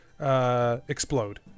Explode